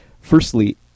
Firstly